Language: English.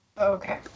Okay